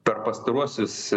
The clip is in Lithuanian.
per pastaruosius